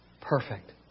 perfect